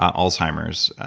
alzheimer's,